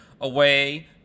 away